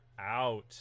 out